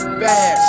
bad